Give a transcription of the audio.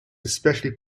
especially